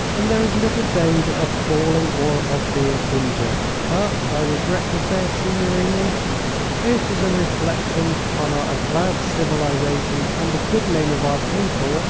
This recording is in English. and there is little danger of falling or of being injured. but i regret to say it, signorini it is a reflection upon our advanced civilization and the good name of our people